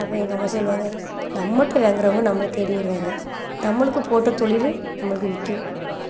அப்போ எங்கள் அம்மா சொல்லுவாங்க நம்மகிட்ட வாங்கிறவங்க நம்மளை தேடி வருவாங்க நம்மளுக்கும் போட்ட தொழில் நம்மளுக்கு விற்கும்